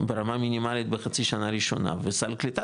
ברמה מינימלית בחצי שנה ראשונה וסל קליטה